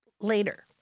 later